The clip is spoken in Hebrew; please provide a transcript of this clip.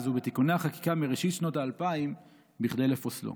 ובתיקוני החקיקה מראשית שנות האלפיים כדי לפוסלו".